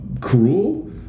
cruel